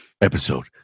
episode